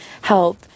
help